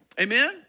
Amen